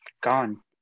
gone